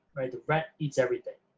right, the rent eats everything.